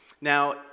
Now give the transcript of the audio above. Now